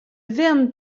vern